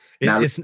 Now